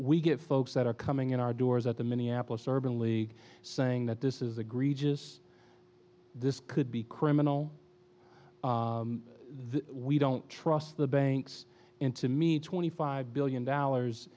we get folks that are coming in our doors at the minneapolis urban league saying that this is agree just this could be criminal the we don't trust the banks and to me twenty five billion dollars